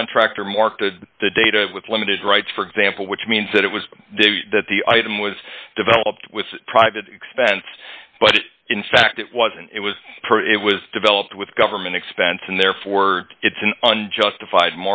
contractor mark to the data with limited rights for example which means that it was that the item was developed with private expense but in fact it wasn't it was it was developed with government expense and therefore it's an unjustified